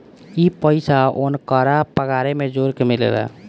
ई पइसा ओन्करा पगारे मे जोड़ के मिलेला